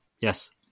yes